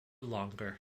longer